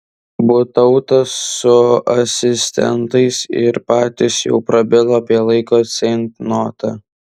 butautas su asistentais ir patys jau prabilo apie laiko ceitnotą